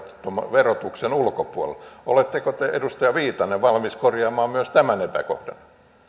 verotuksen ulkopuolella oletteko te edustaja viitanen valmis korjaamaan myös tämän epäkohdan